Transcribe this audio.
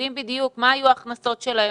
יודעים בדיוק מה היו ההכנסות שלהם,